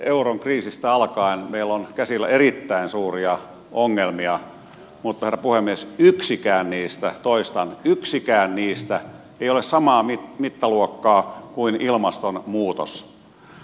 euron kriisistä alkaen meillä on käsillä erittäin suuria ongelmia mutta herra puhemies yksikään niistä toistan yksikään niistä ei ole samaa mittaluokkaa kuin ilmastonmuutos